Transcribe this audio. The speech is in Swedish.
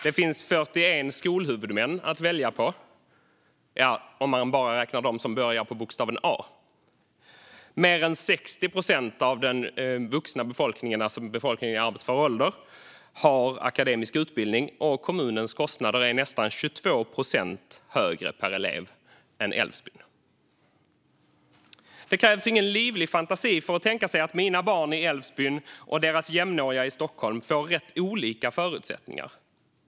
Det finns 41 skolhuvudmän att välja på - om man bara räknar dem som börjar på bokstaven A. Mer än 60 procent av den vuxna befolkningen i arbetsför ålder har akademisk utbildning, och kommunens kostnader är nästan 22 procent högre per elev än i Älvsbyn. Det krävs ingen livlig fantasi för att tänka sig att mina barn i Älvsbyn och deras jämnåriga i Stockholm får rätt olika förutsättningar.